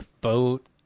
boat